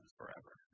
forever